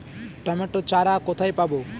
Tomato চারা কোথায় পাবো?